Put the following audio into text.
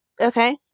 Okay